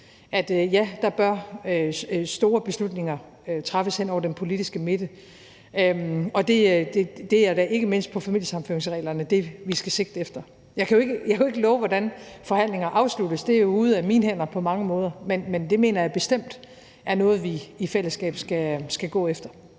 at ja, der bør store beslutninger træffes hen over den politiske midte, og det gælder da ikke mindst i forhold til familiesammenføringsreglerne, at det er det, vi skal sigte efter. Jeg kan jo ikke love noget, i forhold til hvordan forhandlinger afsluttes; det er jo ude af mine hænder på mange måder. Men det mener jeg bestemt er noget, vi i fællesskab skal gå efter.